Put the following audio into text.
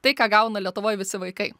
tai ką gauna lietuvoj visi vaikai